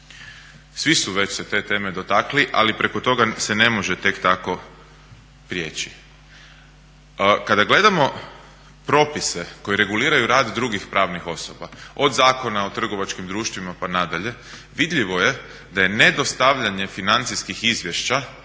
Svi su već se te teme dotakli ali preko toga se ne može tek tako prijeći. Kada gledamo propise koji reguliraju rad drugih pravnih osoba od Zakona o trgovačkim društvima pa nadalje, vidljivo je da je nedostavljanje financijskih izvješća